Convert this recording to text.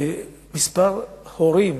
כמה הורים